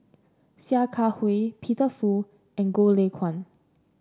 Sia Kah Hui Peter Fu and Goh Lay Kuan